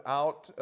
out